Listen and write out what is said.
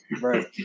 Right